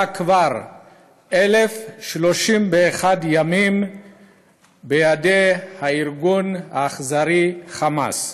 כבר 1,031 ימים בידי הארגון האכזרי "חמאס".